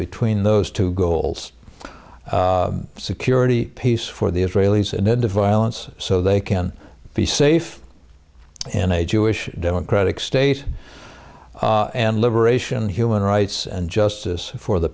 between those two goals security peace for the israelis and then the violence so they can be safe in a jewish democratic state and liberation human rights and justice for the